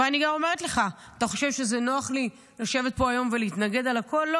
ואני גם אומרת לך: אתה חושב שזה נוח לי לשבת פה היום ולהתנגד על הכול?